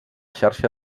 xarxa